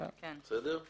בסדר.